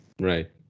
Right